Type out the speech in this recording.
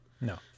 No